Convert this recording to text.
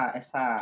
essa